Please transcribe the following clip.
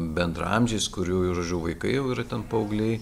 bendraamžiais kurių žodžiu vaikai jau yra ten paaugliai